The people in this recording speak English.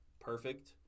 perfect